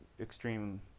extreme